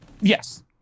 Yes